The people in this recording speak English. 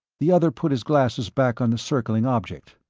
the other put his glasses back on the circling object.